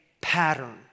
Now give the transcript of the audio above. pattern